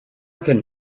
can